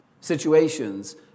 situations